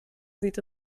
sieht